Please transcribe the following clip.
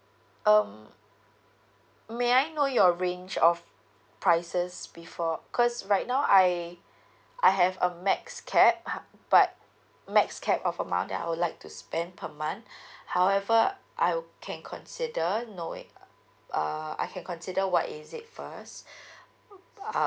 um may I know your range of prices before cause right now I I have a max cap uh but max cap of amount that I would like to spend per month however I'll can consider knowing err I can consider what is it first uh